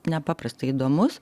nepaprastai įdomus